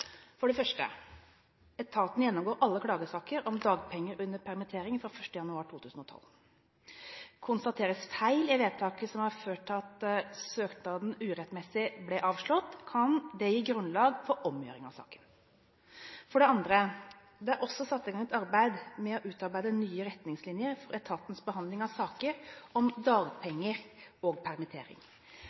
For det første: Etaten gjennomgår alle klagesaker om dagpenger under permittering fra 1. januar 2012. Konstateres feil i vedtaket som har ført til at søknader urettmessig ble avslått, kan det gi grunnlag for omgjøring av saken. For det andre: Det er også satt i gang et arbeid med å utarbeide nye retningslinjer for etatens behandling av saker om dagpenger og permittering.